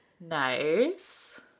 Nice